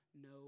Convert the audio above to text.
no